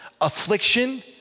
affliction